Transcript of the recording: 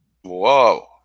Whoa